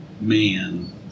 man